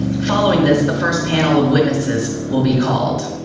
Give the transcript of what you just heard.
following this, the first panel of witnesses will be called.